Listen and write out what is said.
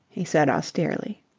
he said austerely.